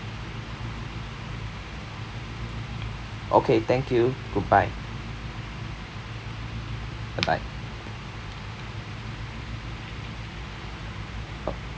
okay thank you goodbye bye bye uh